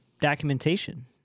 documentation